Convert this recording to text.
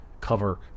cover